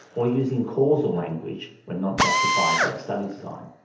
or using causal language when not justified by the study design.